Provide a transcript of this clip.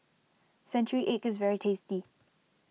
Century Egg is very tasty